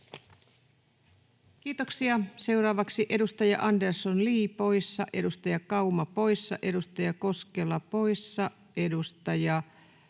Kiitoksia. — Seuraavaksi edustaja Li Andersson poissa, edustaja Kauma poissa, edustaja Koskela poissa, edustaja